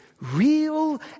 real